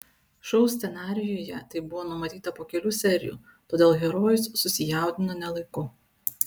šou scenarijuje tai buvo numatyta po kelių serijų todėl herojus susijaudino ne laiku